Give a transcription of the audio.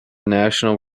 national